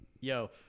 Yo